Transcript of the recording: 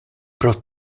pro